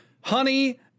Honey